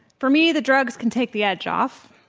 for me the drugs can take the edge off.